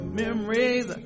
memories